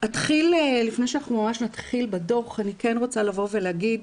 לפני שנתחיל ממש בדו"ח, אני רוצה לבוא ולהגיד,